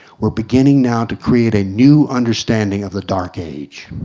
we're beginning now to create a new understanding of the dark age.